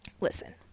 listen